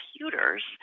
computers